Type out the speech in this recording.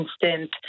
instant